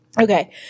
Okay